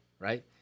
right